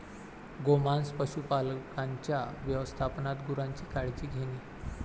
गोमांस पशुपालकांच्या व्यवस्थापनात गुरांची काळजी घेणे